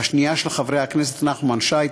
והשנייה של חברי הכנסת נחמן שי,